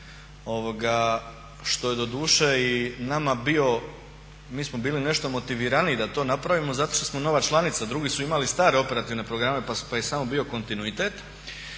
što je doduše i nama bio, mi smo bili nešto motiviraniji da to napravimo zato što smo nova članica, drugi su imali stare operativne programe pa je samo bio kontinuitet.